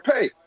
pay